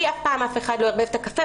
לי אף פעם אף אחד לא ערבב את הקפה.